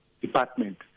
department